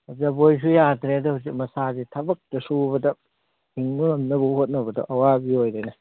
ꯑꯣꯖꯥ ꯕꯣꯏꯁꯨ ꯌꯥꯗ꯭ꯔꯦꯗ ꯍꯧꯖꯤꯛ ꯃꯁꯥꯁꯤ ꯊꯕꯛꯇ ꯁꯨꯕꯗ ꯍꯤꯡꯕ ꯉꯝꯅꯕ ꯍꯣꯠꯅꯕꯗ ꯑꯋꯥꯕꯤ ꯑꯣꯏꯔꯦꯅꯦ